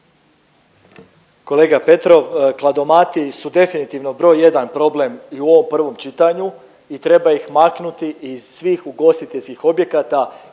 Kolega Petrov, kladomati su definitivno broj jedan problem i u ovom prvom čitanju i treba ih maknuti iz svih ugostiteljskih objekata